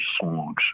songs